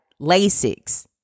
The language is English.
Lasix